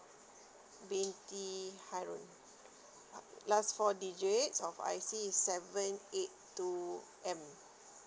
binti harun last four digit of I_C is seven eight two M